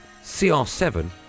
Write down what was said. CR7